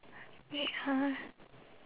wait ha